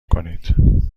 کنید